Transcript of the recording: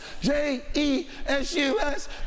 J-E-S-U-S